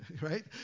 right